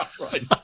right